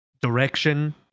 direction